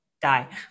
die